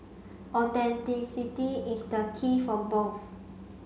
authenticity is the key for both